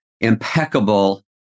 impeccable